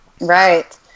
Right